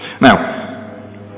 Now